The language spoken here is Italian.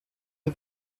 del